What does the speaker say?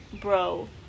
Bro